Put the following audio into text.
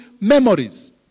memories